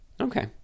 okay